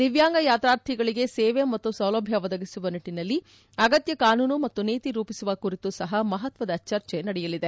ದಿವ್ಯಾಂಗ ಯಾತಾರ್ಥಿಗಳಿಗೆ ಸೇವೆ ಮತ್ತು ಸೌಲಭ್ಯ ಒದಗಿಸುವ ನಿಟ್ಟನಲ್ಲಿ ಅಗತ್ತ ಕಾನೂನು ಮತ್ತು ನೀತಿ ರೂಪಿಸುವ ಕುರಿತು ಸಹ ಮಹತ್ವದ ಚರ್ಚೆ ನಡೆಯಲಿದೆ